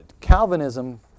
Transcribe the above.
Calvinism